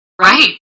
Right